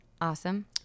Awesome